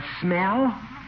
smell